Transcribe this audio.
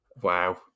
Wow